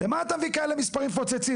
למה אתה מביא כאלה מספרים מפוצצים?